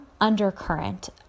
undercurrent